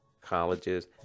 colleges